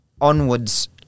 onwards